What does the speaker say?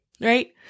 right